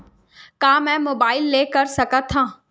का मै मोबाइल ले कर सकत हव?